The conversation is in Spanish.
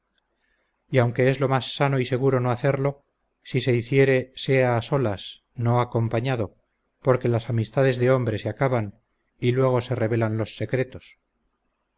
y aunque es lo más sano y seguro no hacerlo si se hiciere sea a solas no acompañado porque las amistades de hombre se acaban y luego se revelan los secretos